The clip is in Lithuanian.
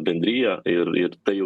bendriją ir ir tai jau